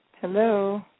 Hello